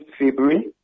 February